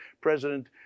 president